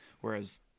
Whereas